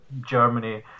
Germany